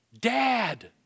Dad